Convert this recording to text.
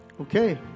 Okay